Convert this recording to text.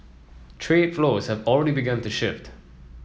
trade flows have already begun to shift